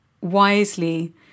wisely